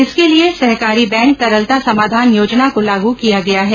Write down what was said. इसके लिए सहकारी बैंक तरलता समाधान योजना को लागू किया गया है